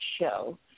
show